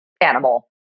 animal